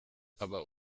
aber